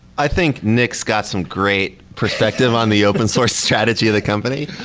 i think nick's got some great perspective on the open-source strategy of the company,